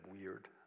weird